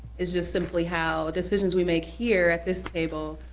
is just simply how decisions we make here at this table,